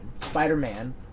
Spider-Man